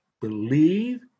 Believe